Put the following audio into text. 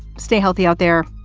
stay healthy out there.